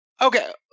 Okay